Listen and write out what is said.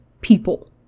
people